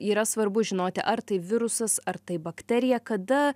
yra svarbu žinoti ar tai virusas ar tai bakterija kada